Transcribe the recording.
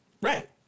right